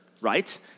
right